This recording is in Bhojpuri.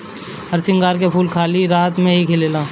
हरसिंगार के फूल खाली राती में खिलेला